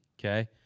Okay